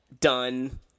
done